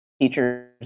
teachers